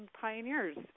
pioneers